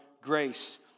grace